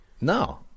No